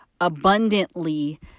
abundantly